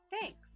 Thanks